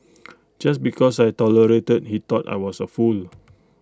just because I tolerated he thought I was A fool